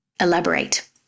elaborate